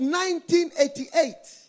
1988